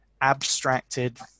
abstracted